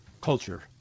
culture